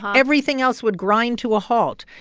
everything else would grind to a halt.